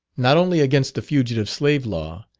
not only against the fugitive slave law,